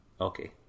Okay